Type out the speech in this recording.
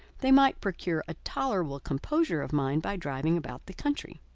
they might procure a tolerable composure of mind by driving about the country.